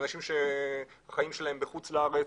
אנשים שהחיים שלהם בחוץ לארץ,